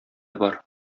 бар